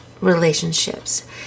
relationships